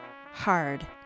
hard